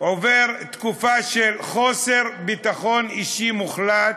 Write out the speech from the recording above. עובר תקופה של חוסר ביטחון אישי מוחלט,